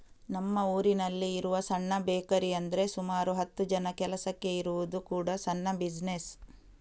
ನಮ್ಮ ಊರಿನಲ್ಲಿ ಇರುವ ಸಣ್ಣ ಬೇಕರಿ ಅಂದ್ರೆ ಸುಮಾರು ಹತ್ತು ಜನ ಕೆಲಸಕ್ಕೆ ಇರುವುದು ಕೂಡಾ ಸಣ್ಣ ಬಿಸಿನೆಸ್